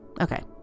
Okay